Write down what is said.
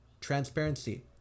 Transparency